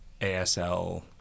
ASL